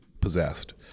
possessed